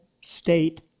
state